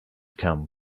come